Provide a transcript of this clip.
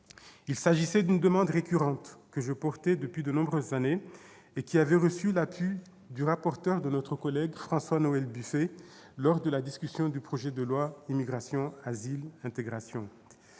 Il s'agissait d'une demande récurrente, que je portais depuis de nombreuses années, et qui avait reçu l'appui du rapporteur, notre collègue François-Noël Buffet, lors de la discussion du projet de loi Immigration, asile, intégration.